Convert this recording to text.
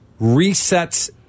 resets